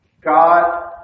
God